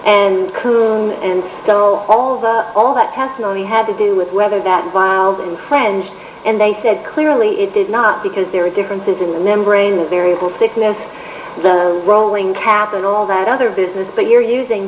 kuhn and so although all that testimony had to do with whether that viles in french and they said clearly it did not because there were differences in the membrane the variable sickness the rolling cap and all that other business but you're using